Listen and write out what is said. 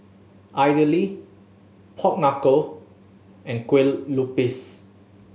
idly pork knuckle and Kueh Lupis